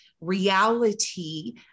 reality